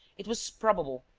it was probable,